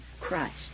Christ